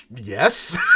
Yes